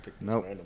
Nope